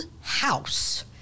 house